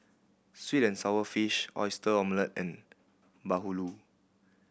sweet and sour fish Oyster Omelette and bahulu